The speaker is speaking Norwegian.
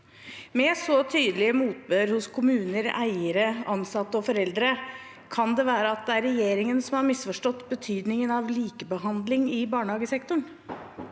Med så tydelig motbør hos kommuner, eiere, ansatte og foreldre – kan det være at det er regjeringen som har misforstått betydning av likebehandling i barnehagesektoren?»